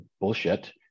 bullshit